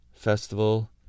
festival